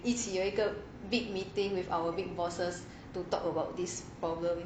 一起有一个 big meeting with our big bosses to talk about this problem